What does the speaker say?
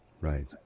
Right